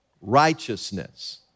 righteousness